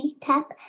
tap